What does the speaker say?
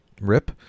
Rip